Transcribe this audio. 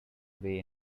away